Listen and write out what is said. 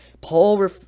Paul